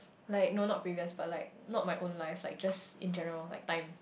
like no not previous but like not my own life like just in general like time